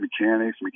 Mechanics